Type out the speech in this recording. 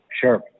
sure